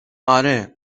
اره